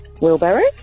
Wheelbarrow